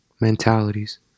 mentalities